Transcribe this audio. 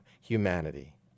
humanity